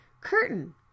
Curtain